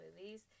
movies